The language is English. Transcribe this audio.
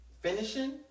finishing